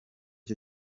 cyo